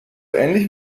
ähnlich